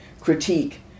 critique